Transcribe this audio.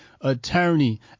attorney